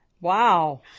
Wow